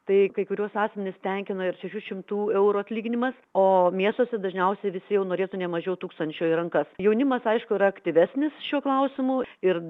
tai kai kuriuos asmenis tenkina ir šešių šimtų eurų atlyginimas o miestuose dažniausiai visi jau norėtų ne mažiau tūkstančio į rankas jaunimas aišku yra aktyvesnis šiuo klausimu ir